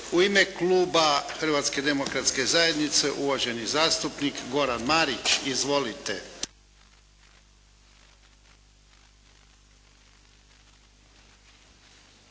U ime kluba Hrvatske demokratske zajednice, uvaženi zastupnik Goran Marić. Izvolite.